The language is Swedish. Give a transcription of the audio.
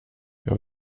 jag